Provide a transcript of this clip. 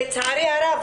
לצערי הרב